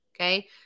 okay